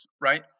right